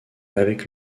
avec